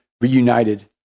reunited